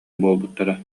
буолбуттара